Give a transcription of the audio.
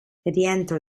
rientro